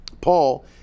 Paul